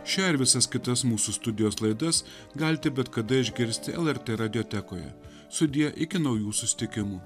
šią ir visas kitas mūsų studijos laidas galite bet kada išgirsti lrt radiotekoje sudie iki naujų susitikimų